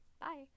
bye